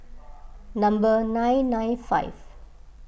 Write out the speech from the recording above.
number nine nine five